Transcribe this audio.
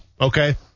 okay